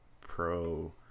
pro